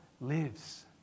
lives